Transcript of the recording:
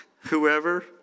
whoever